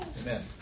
Amen